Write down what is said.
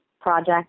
project